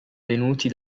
venuti